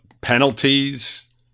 penalties